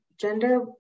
gender